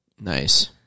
Nice